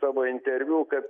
savo interviu kad